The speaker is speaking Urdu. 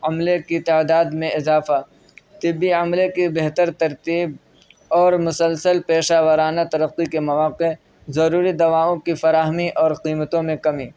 عملے کی تعداد میں اضافہ طبی عملے کی بہتر ترتیب اور مسلسل پیشہ وارانہ ترقی کے مواقع ضروری دواؤں کی فراہمی اور قیمتوں میں کمی